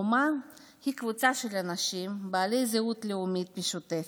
או אומה היא קבוצה של אנשים בעלי זהות לאומית משותפת,